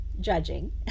judging